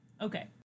Okay